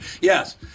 Yes